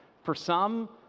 for some,